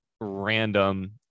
random